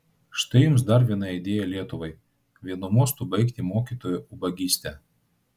štai jums dar viena idėja lietuvai vienu mostu baigti mokytojų ubagystę